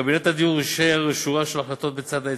קבינט הדיור אישר שורה של החלטות בצד ההיצע,